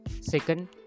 second